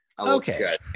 okay